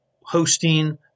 hosting